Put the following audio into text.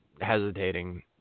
hesitating